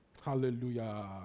Hallelujah